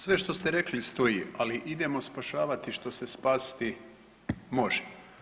Sve što ste rekli stoji, ali idemo spašavati što se spasiti može.